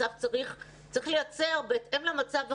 וצריך לייצר התאמות בהתאם למצב החדש,